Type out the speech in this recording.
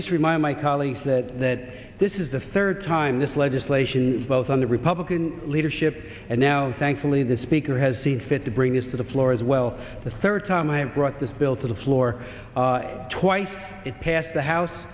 just remind my colleagues that that this is the third time this legislation both on the republican leadership and now thankfully the speaker has seen fit to bring this to the floor as well the third time i have brought this bill to the floor twice it passed the house